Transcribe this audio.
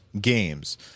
games